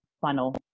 funnel